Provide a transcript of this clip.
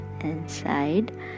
inside